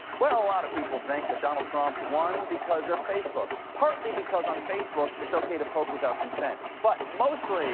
well, a lot of people think that donald trump won because of facebook partly because on facebook, it's okay to poke with out consent, but mostly